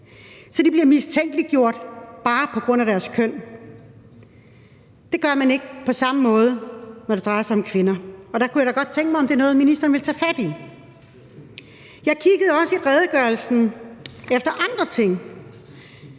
Så de bliver mistænkeliggjort bare på grund af deres køn. Det gør man ikke på samme måde, når det drejer sig om kvinder. Og der kunne jeg da godt tænke mig at høre, om det er noget, ministeren vil tage fat i. Jeg kiggede også i redegørelsen efter andre ting.